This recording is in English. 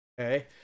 Okay